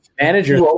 manager